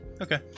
Okay